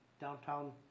downtown